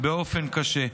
באופן קשה,